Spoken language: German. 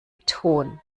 ton